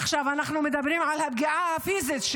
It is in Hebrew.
עכשיו אנחנו מדברים על הפגיעה הפיזית,